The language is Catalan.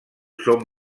són